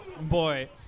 Boy